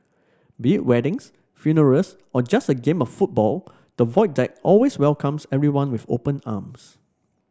be weddings funerals or just a game of football the Void Deck always welcomes everyone with open arms